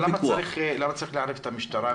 למה צריך לערב את המשטרה?